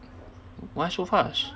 why so fast